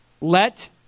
Let